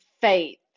faith